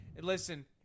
Listen